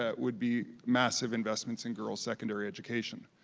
ah would be massive investments in girls' secondary education,